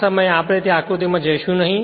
આ સમયે આપણે તે આકૃતી માં જઈશું નહી